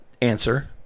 Answer